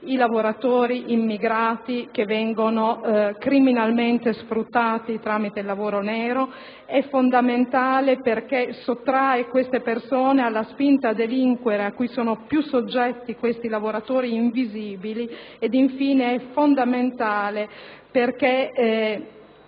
i lavoratori immigrati che vengono criminalmente sfruttati con il lavoro nero; è fondamentale perché sottrae queste persone alla spinta a delinquere, cui sono maggiormente soggetti proprio i lavoratori invisibili; infine, è fondamentale perché